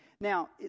Now